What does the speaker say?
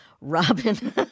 Robin